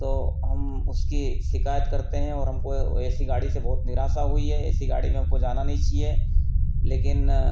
तो हम उसकी शिकायत करते हैं और हमको ऐसी गाड़ी से बहुत निराशा हुई है ऐसी गाड़ी में हमको जाना नहीं चाहिए लेकिन